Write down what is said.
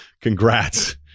congrats